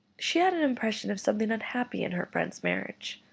she had an impression of something unhappy in her friend's marriage.